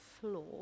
floor